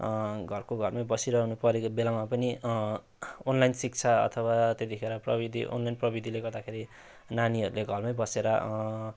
घरको घरमै बसिरहनु परेको बेलामा पनि अनलाइन शिक्षा अथवा त्यतिखेर प्रविधि अनलाइन प्रविधिले गर्दाखेरि नानीहरूले घरमै बसेर